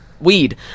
weed